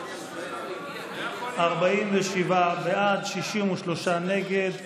47 בעד, 63 נגד.